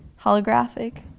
holographic